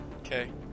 Okay